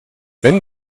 wenn